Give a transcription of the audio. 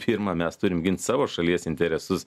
pirma mes turim gint savo šalies interesus